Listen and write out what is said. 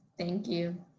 thank you.